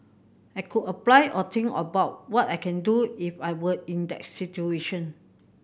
I could apply or think about what I can do if I were in that situation